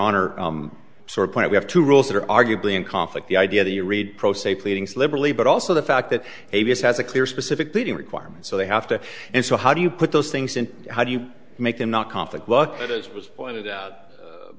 honor sore point we have two rules that are arguably in conflict the idea that you read pro se pleadings liberally but also the fact that a b s has a clear specific pleading requirement so they have to and so how do you put those things and how do you make them not conflict look at as was pointed out